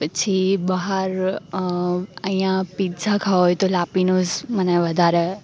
પછી બહાર અહીંયા પીઝા ખાવા હોય તો લાપીનોઝ મને વધારે